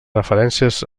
referències